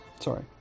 sorry